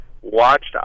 watched